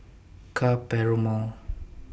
Ka Perumal